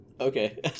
Okay